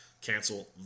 Cancel